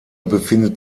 befindet